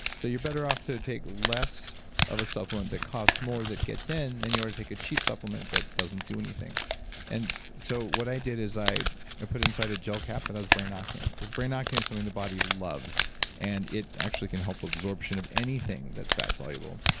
so you're better off to take less of a supplement that costs more that gets in than you are to take a cheap supplement that doesn't do anything and so what i did is i put it inside a gel cap that has brain octane because brain octane is something the body loves and it actually can help absorption of anything that's fat soluble.